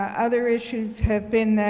other issues have been